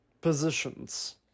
positions